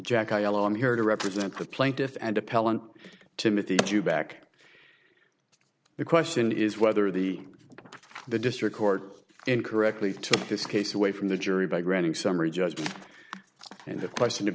jack i l i'm here to represent the plaintiff and appellant timothy to back the question is whether the the district court incorrectly took this case away from the jury by granting summary judgment and the question of